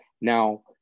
Now